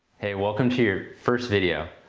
hey welcome to your first video.